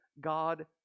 God